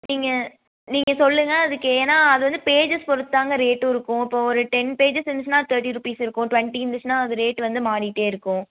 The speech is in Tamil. நீங்கள் நீங்கள் சொல்லுங்கள் அதுக்கு ஏன்னா அது வந்து பேஜஸ் பொறுத்து தாங்க ரேட் இருக்கும் இப்போ ஒரு டென் பேஜஸ் இருந்துச்சுன்னா தேர்ட்டி ருபீஸ் இருக்கும் டுவெண்ட்டி இருந்துச்சுன்னா அது ரேட் வந்து மாரிகிட்டே இருக்கும்